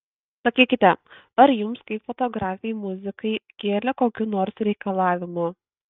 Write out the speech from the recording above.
sakykite ar jums kaip fotografei muzikai kėlė kokių nors reikalavimų